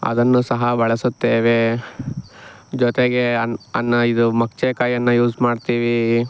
ಅದನ್ನು ಸಹ ಬಳಸುತ್ತೇವೆ ಜೊತೆಗೆ ಅನ್ನ ಇದು ಮೊಗಚುಕೈಯನ್ನು ಯೂಸ್ ಮಾಡ್ತೀವಿ